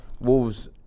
Wolves